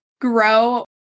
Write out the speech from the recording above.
grow